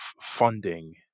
funding